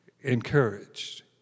encouraged